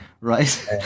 right